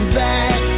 back